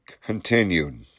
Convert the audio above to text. continued